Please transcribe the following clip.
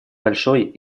большой